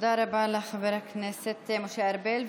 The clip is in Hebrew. תודה רבה לחבר הכנסת משה ארבל.